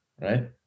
right